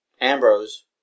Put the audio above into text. Ambrose